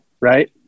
right